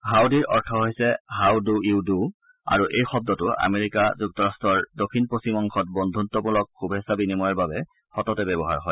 হাউডিৰ অৰ্থ হৈছে how do you do আৰু এই শব্দটো আমেৰিকা যুক্তৰাট্টৰ দক্ষিণ পশ্চিম অংশত বন্ধতমূলক শুভেচ্ছা বিনিময়ৰ বাবে সততে ব্যৱহাৰ হয়